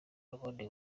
n’ubundi